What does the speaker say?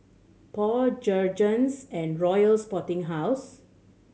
Paul Jergens and Royal Sporting House